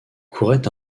courait